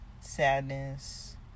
sadness